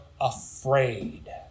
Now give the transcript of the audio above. afraid